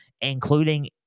including